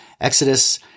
Exodus